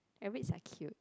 rabbits are cute